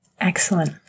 Excellent